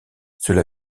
cela